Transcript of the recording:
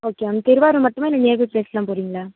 okay Thiruvarur மட்டுமா இல்லை nearby பிளேஸ்லாம் போகிறீங்களா